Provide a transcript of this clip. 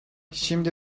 şimdi